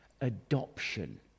adoption